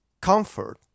comfort